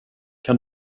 kan